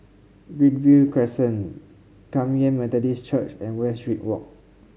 Greenview Crescent Kum Yan Methodist Church and Westridge Walk